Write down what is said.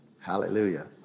Hallelujah